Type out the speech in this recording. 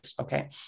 okay